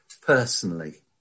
personally